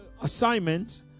assignment